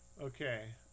Okay